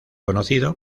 conocido